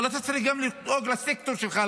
אבל אתה צריך לדאוג גם לסקטור שלך,